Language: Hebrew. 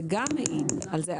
זה גם מעיד על זה.